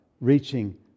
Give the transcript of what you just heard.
reaching